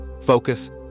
focus